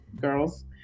girls